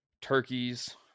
Turkeys